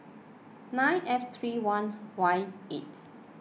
nine F thirty one Y eight